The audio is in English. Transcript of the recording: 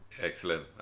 Excellent